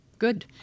Good